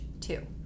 two